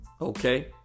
Okay